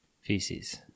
feces